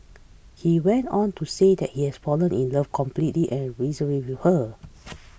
he went on to say that he has fallen in love completely and unreservedly with her